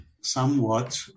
somewhat